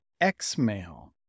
Xmail